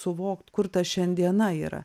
suvokt kur ta šiandiena yra